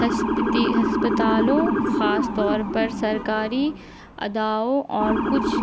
ہسپتال ہسپتالوں خاص طور پر سرکاری اداروں اور کچھ